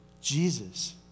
Jesus